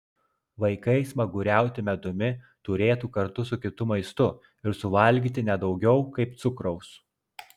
vaikai smaguriauti medumi turėtų kartu su kitu maistu ir suvalgyti ne daugiau kaip cukraus